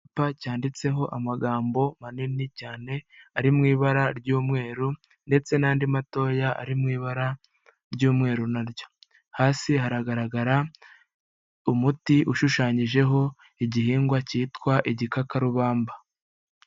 Icyapa cyanditseho amagambo manini cyane ari mu ibara ry'umweru ndetse n'andi matoya ari mu ibara ry'umweru naryo, hasi hagaragara umuti ushushanyijeho igihingwa cyitwa igikakarubamba.